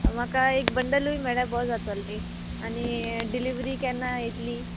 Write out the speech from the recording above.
म्हाका एक बंडलूय मेळ्ळें बरो जातोलें आनी डिलिवरी केन्ना येतली